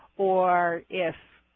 or if